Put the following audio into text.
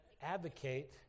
advocate